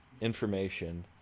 information